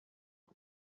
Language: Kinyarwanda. com